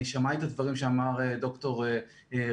אני שומע את הדברים שאמר ד"ר רימון.